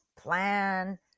plan